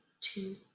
two